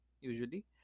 usually